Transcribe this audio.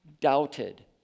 doubted